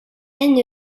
elle